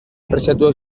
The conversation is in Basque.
preziatuak